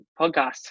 podcast